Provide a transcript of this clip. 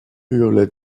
hurla